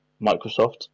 Microsoft